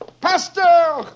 Pastor